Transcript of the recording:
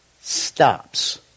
stops